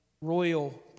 royal